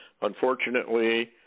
Unfortunately